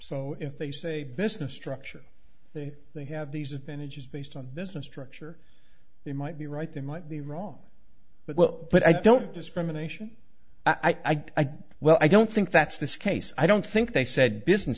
so if they say business structure they have these advantages based on business structure they might be right they might be wrong but well but i don't discrimination i don't well i don't think that's this case i don't think they said business